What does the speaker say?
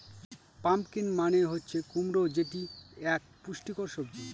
pumpkin মানে হচ্ছে কুমড়ো যেটি এক পুষ্টিকর সবজি